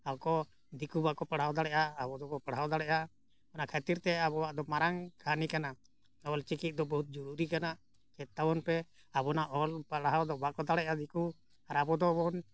ᱟᱠᱚ ᱫᱤᱠᱩ ᱵᱟᱠᱚ ᱯᱟᱲᱦᱟᱣ ᱫᱟᱲᱮᱜᱼᱟ ᱟᱵᱚ ᱫᱚᱵᱚᱱ ᱯᱟᱲᱦᱟᱣ ᱫᱟᱲᱮᱜᱼᱟ ᱚᱱᱟ ᱠᱷᱟᱹᱛᱤᱨᱛᱮ ᱟᱵᱚᱣᱟᱜ ᱫᱚ ᱢᱟᱨᱟᱝ ᱠᱟᱹᱦᱱᱤ ᱠᱟᱱᱟ ᱚᱞᱪᱤᱠᱤ ᱫᱚ ᱵᱚᱦᱩᱛ ᱡᱩᱨᱩᱨᱤ ᱠᱟᱱᱟ ᱪᱮᱫ ᱛᱟᱵᱚᱱ ᱯᱮ ᱟᱵᱚᱱᱟᱜ ᱚᱞ ᱯᱟᱲᱦᱟᱣ ᱫᱚ ᱵᱟᱠᱚ ᱫᱟᱲᱮᱜᱼᱟ ᱫᱤᱠᱩ ᱟᱨ ᱟᱵᱚ ᱫᱚᱵᱚᱱ